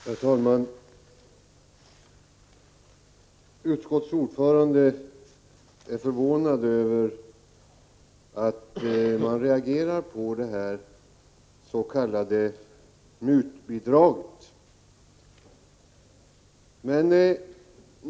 Herr talman! Utskottets ordförande är förvånad över att folk reagerar mot dets.k. mutbidraget.